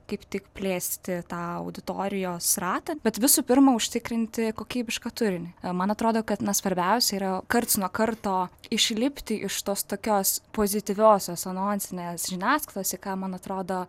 kaip tik plėsti tą auditorijos ratą bet visų pirma užtikrinti kokybišką turinį man atrodo kad na svarbiausia yra karts nuo karto išlipti iš tos tokios pozityviosios anonsinės žiniasklaidos į ką man atrodo